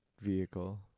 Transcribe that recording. vehicle